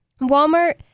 Walmart